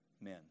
men